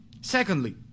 Secondly